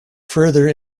further